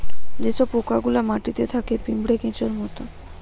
যে সব পোকা গুলা মাটিতে থাকে পিঁপড়ে, কেঁচোর মত